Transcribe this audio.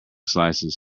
slices